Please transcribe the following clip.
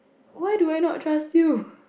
why do I not trust you